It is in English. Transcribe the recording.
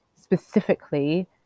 specifically